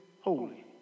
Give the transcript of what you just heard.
holy